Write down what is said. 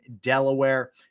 Delaware